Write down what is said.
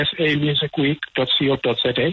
samusicweek.co.za